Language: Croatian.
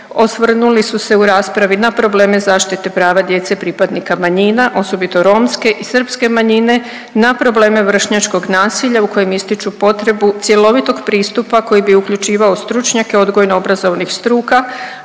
Osvrnuli su se u raspravi na probleme zaštite prava djece pripadnika manjina osobito romske i srpske manjine na probleme vršnjačkog nasilja u kojem ističu potrebu cjelovitog pristupa koji bi uključivao stručnjake odgojno-obrazovnih struka